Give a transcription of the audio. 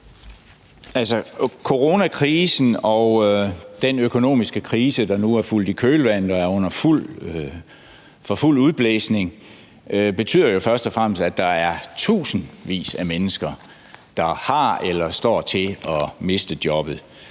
Coronakrisen og den økonomiske krise, der nu er fulgt i kølvandet på den og kører for fuld udblæsning, betyder jo først og fremmest, at der er tusindvis af mennesker, der har mistet eller står til at miste jobbet.